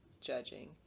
judging